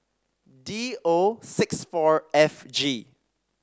D O six four F G